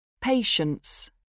Patience